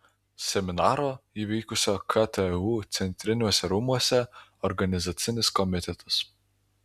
seminaro įvykusio ktu centriniuose rūmuose organizacinis komitetas